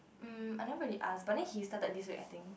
mm I never really ask but then he started this way I think